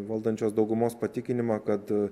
valdančios daugumos patikinimą kad